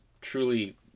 truly